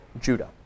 Judah